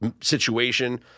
situation